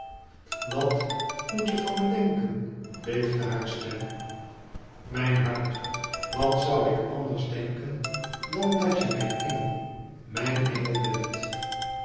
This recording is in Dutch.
wat moet je van me denken beefde haar stem mijn hart wat zou ik anders denken dan dat je mijn engel mijn engel bent